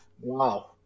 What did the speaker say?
Wow